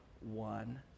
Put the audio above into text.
one